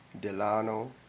Delano